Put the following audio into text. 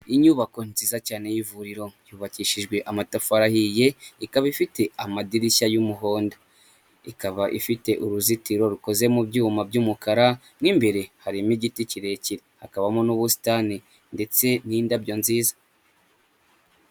Inyubako nziza cyane y'ivuriro yubakishijwe amatafari ahiye ikaba ifite amadirishya y'umuhondo, ikaba ifite uruzitiro rukoze mu byuma by'umukara mu imbere harimo igiti kirekire hakabamo n'ubusitani ndetse n'indabyo nziza.